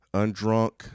undrunk